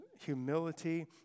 humility